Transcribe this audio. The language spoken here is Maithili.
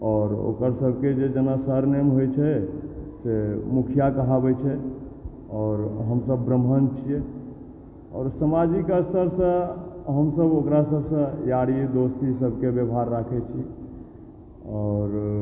आओर ओकर सभके जे जेना सरनेम होइत छै से मुखिआ कहाबैत छै आओर हमसभ ब्राह्मण छियै आओर समाजिक स्तरसँ हमसभ ओकरा सभसँ यारी दोस्ती सभके व्यवहार राखैत छी आओर